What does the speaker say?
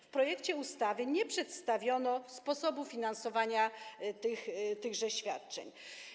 W projekcie ustawy nie przedstawiono sposobu finansowania tychże świadczeń.